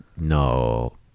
no